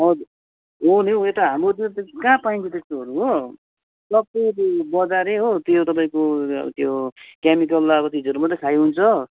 हजुर हो नि हो यता हाम्रोतिर त कहाँ पाइन्छ त्यस्तोहरू हो लप्चू चाहिँ बजारै हो त्यो तपाईँको त्यो केमिकल अब चिजहरू मात्रै खाई हुन्छ